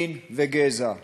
מין וגזע,